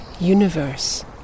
universe